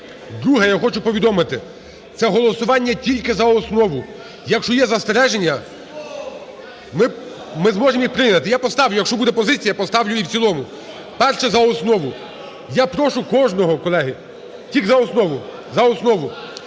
Друге. Я хочу повідомити: це голосування тільки за основу. Якщо є застереження, ми зможемо їх прийняти. (Шум у залі) Я поставлю. Якщо буде позиція, я поставлю і в цілому. Перше – за основу. Я прошу кожного, колеги, тільки за основу.